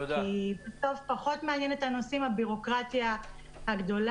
בסוף את הנוסעים פחות מעניינת הבירוקרטיה הגדולה.